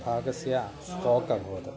भागस्य स्ट्रोक् अभवत्